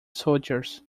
soldiers